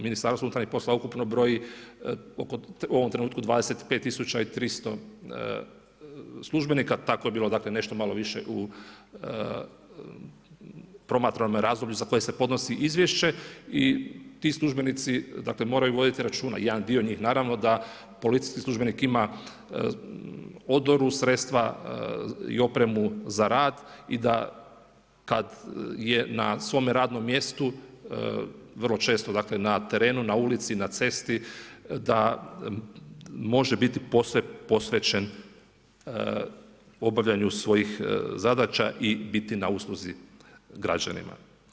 MUP ukupno broji u ovom trenutku 25300 službenika, tako je bilo dakle, nešto malo više u promatranome razdoblju za koje se podnosi izvješće i ti službenici dakle, moraju voditi računa, jedan dio njih, naravno da policijski službenik ima odoru, sredstva i opremu za rad i da kad je na svome radnom mjesto, vrlo često dakle, na terenu, na ulici, na cesti, da može biti posve posvećen obavljanju svojih zadaća i biti na usluzi građanima.